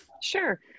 Sure